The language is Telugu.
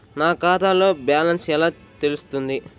నా ఖాతాలో బ్యాలెన్స్ ఎలా తెలుస్తుంది?